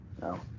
No